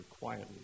quietly